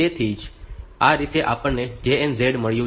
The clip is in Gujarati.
તેવી જ રીતે આપણને JNZ મળ્યું છે